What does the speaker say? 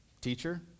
Teacher